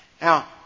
Now